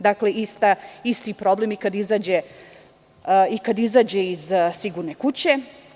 Dakle, isti je problem i kad izađe iz sigurne kuće.